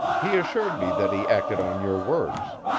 he assured me that he acted on your words.